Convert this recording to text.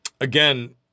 Again